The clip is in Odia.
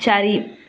ଚାରି